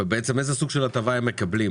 ובעצם איזה סוג של הטבה הם מקבלים?